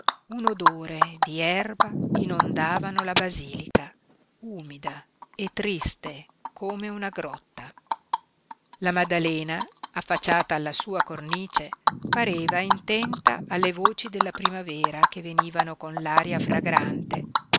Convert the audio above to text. un odore di erba inondavano la basilica umida e triste come una grotta la maddalena affacciata alla sua cornice pareva intenta alle voci della primavera che venivano con l'aria fragrante